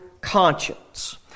conscience